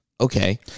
okay